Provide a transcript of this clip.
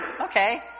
okay